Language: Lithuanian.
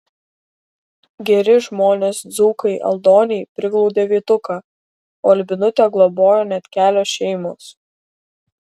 geri žmonės dzūkai aldoniai priglaudė vytuką o albinutę globojo net kelios šeimos